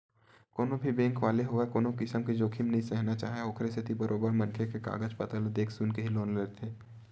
कोनो भी बेंक वाले होवय कोनो किसम के जोखिम नइ सहना चाहय ओखरे सेती बरोबर मनखे के कागज पतर ल देख सुनके ही लोन ल देथे